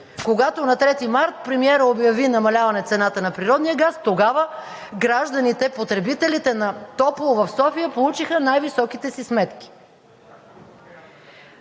когато на 3 март обяви намаляване на цената на природния газ – тогава гражданите, потребителите на топло в София получиха най-високите си сметки.